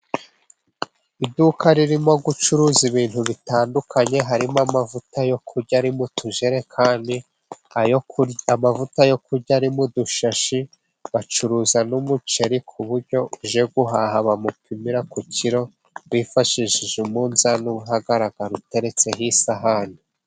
Iduka ririmo gucuruza ibintu bitandukanye harimo amavuta yo kurya ari mu tujerekani, ayo kurya, amavuta yo kurya ari mu dushashi. Bacuruza n'umuceri ku buryo uje guhaha bamupimira ku kiro bifashishije umunzani uba uhagaragara uteretseho isahani.